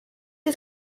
que